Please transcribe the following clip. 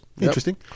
Interesting